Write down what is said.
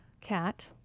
cat